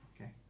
Okay